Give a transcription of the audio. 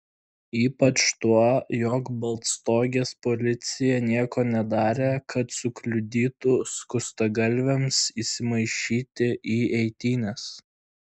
ypač tuo jog baltstogės policija nieko nedarė kad sukliudytų skustagalviams įsimaišyti į eitynes